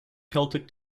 celtic